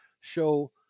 show